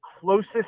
closest